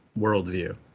worldview